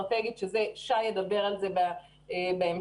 צוהריים טובים.